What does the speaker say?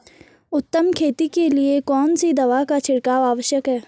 उत्तम खेती के लिए कौन सी दवा का छिड़काव आवश्यक है?